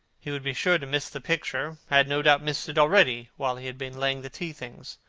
he would be sure to miss the picture had no doubt missed it already, while he had been laying the tea-things.